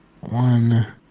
one